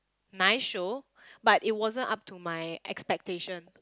nice show but it wasn't up to my expectation